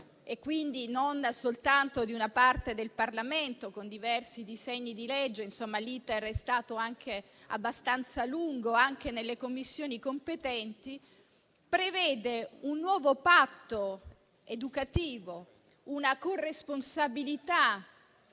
quindi non soltanto di una parte del Parlamento - sono stati presentati diversi disegni di legge, l'*iter* è stato anche abbastanza lungo anche nelle Commissioni competenti - prevede un nuovo patto educativo, una corresponsabilità